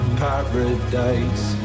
paradise